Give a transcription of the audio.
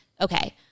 Okay